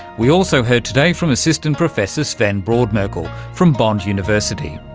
we also heard today from assistant professor sven brodmerkel from bond university.